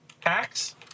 packs